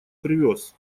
привез